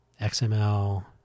XML